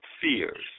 fears